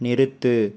நிறுத்து